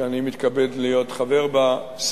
שאני מתכבד להיות חבר בה,